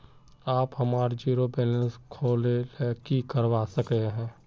आप हमार zero balance खोल ले की करवा सके है?